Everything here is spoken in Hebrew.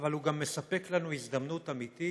אבל הוא גם מספק לנו הזדמנות אמיתית